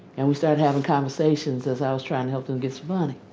and we started having conversations as i was trying to help them get some money.